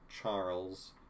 Charles